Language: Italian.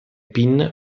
pin